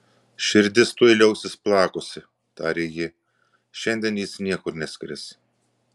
širdis tuoj liausis plakusi tarė ji šiandien jis niekur neskris